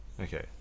okay